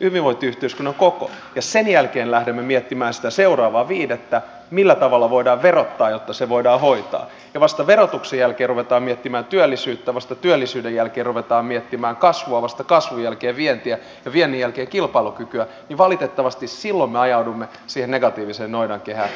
hyvinvointiyhteiskunnan koko ja sen jälkeen lähdemme miettimään sitä seuraavaa viidettä millä tavalla voidaan verottaa jotta se voidaan hoitaa ja vasta verotuksen jälkeen ruvetaan miettimään työllisyyttä ja vasta työllisyyden jälkeen ruvetaan miettimään kasvua ja vasta kasvun jälkeen vientiä ja viennin jälkeen kilpailukykyä niin valitettavasti silloin me ajaudumme siihen negatiiviseen noidankehään